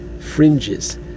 fringes